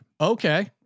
Okay